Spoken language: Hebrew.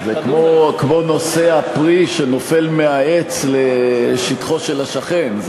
זה כמו נושא הפרי שנופל מהעץ לשטחו של השכן.